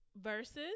Versus